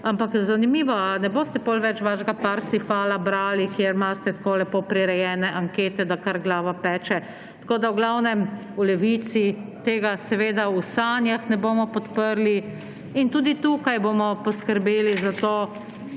Ampak zanimivo, a ne boste potem več vašega Parsifala brali, kjer imate tako lepo prirejene ankete, da kar glava peče? V glavnem, v Levici tega seveda v sanjah ne bomo podprli. In tudi tukaj bomo poskrbeli za to,